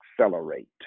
accelerate